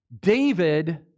David